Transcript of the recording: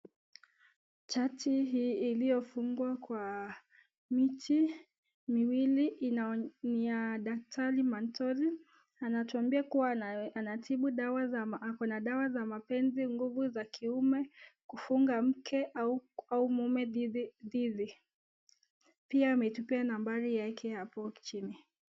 Chati hii iliyofungwa kwa miti miwili, ni ya daktari wa mapenzi , anatwambia kwamba anatibu dawa za ama ako na dawa za mapenzi nguvu za kiume kufunga mke au mume , pia ametupea nambari yake hapo chini.